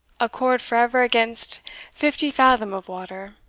a cord for ever against fifty fathom of water,